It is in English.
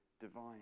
divine